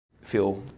feel